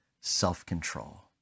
self-control